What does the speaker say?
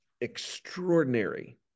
extraordinary